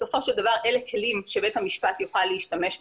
בסופו של דבר אלה כלים שבית המשפט יוכל להשתמש בהם,